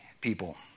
people